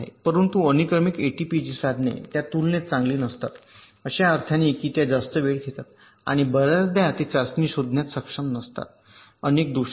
परंतु अनुक्रमिक एटीपीजी साधने त्या तुलनेत चांगली नसतात अशा अर्थाने की त्या जास्त वेळ घेतात आणि बर्याचदा ते चाचणी शोधण्यात सक्षम नसतात अनेक दोषांसाठी